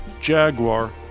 Jaguar